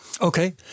Okay